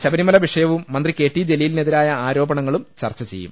ശബരിമല വിഷയവും മന്ത്രി K T ജലിലീ നെതിരായ ആരോപണങ്ങളും ചർച്ച ചെയ്യും